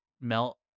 melt